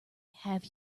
have